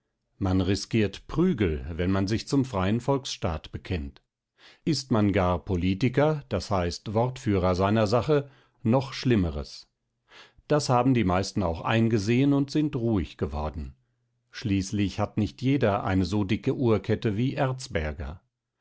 man riskiert prügel wenn man sich zum freien volksstaat bekennt ist man gar politiker d h wortführer seiner sache noch schlimmeres das haben die meisten auch eingesehen und sind ruhig geworden schließlich hat nicht jeder eine so dicke uhrkette wie erzberger